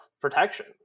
protection